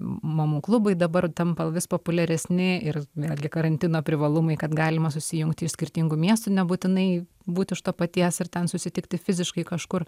mamų klubai dabar tampa vis populiaresni ir vėlgi karantino privalumai kad galima susijungti į skirtingų miestų nebūtinai būti iš to paties ir ten susitikti fiziškai kažkur